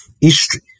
history